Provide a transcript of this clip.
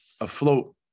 afloat